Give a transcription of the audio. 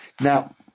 Now